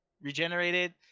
regenerated